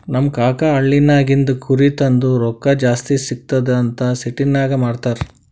ನಮ್ ಕಾಕಾ ಹಳ್ಳಿನಾಗಿಂದ್ ಕುರಿ ತಂದು ರೊಕ್ಕಾ ಜಾಸ್ತಿ ಸಿಗ್ತುದ್ ಅಂತ್ ಸಿಟಿನಾಗ್ ಮಾರ್ತಾರ್